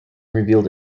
revealed